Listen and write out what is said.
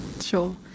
Sure